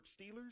Steelers